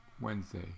Wednesday